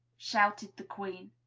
shouted the queen.